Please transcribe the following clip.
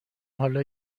حالا